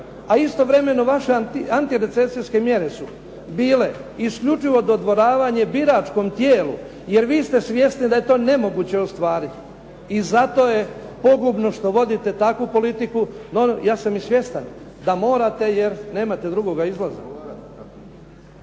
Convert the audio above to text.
A istovremeno, vaše antirecesijske mjere su bile isključivo dodvoravanje biračkom tijelu jer vi ste svjesni da je to nemoguće ostvariti. I zato je pogubno što vodite takvu politiku, no ja sam i svjestan da morate jer nema drugoga izlaza.